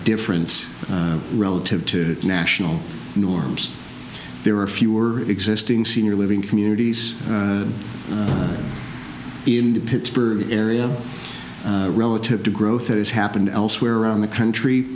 difference relative to national norms there are fewer existing senior living communities in the pittsburgh area relative to growth that has happened elsewhere around the country